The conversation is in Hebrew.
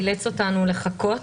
אילץ אותנו לחכות.